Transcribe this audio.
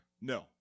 No